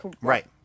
Right